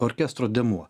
orkestro dėmuo